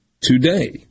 today